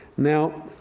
now,